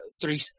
three